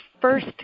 first